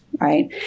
right